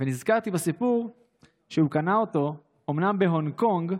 ונזכרתי בסיפור שהוא קנה אותו, אומנם בהונג קונג,